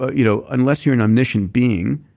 ah you know unless you're an omniscient being,